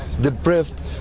deprived